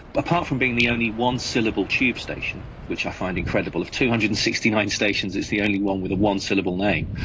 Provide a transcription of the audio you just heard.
apart from being the only one-syllable tube station, which i find incredible, of two hundred and sixty nine stations it's the only one with a one-syllable name,